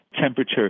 temperature